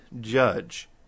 judge